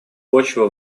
почва